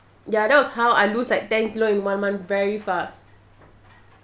ya that was how I lose like ten kilo in one month very fast